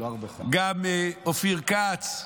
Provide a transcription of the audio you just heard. אופיר כץ,